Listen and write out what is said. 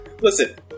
Listen